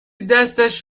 دستش